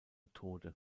tode